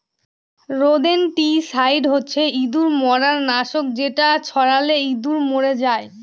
rodenticide হচ্ছে ইঁদুর মারার নাশক যেটা ছড়ালে ইঁদুর মরে যায়